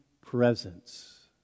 presence